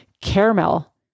caramel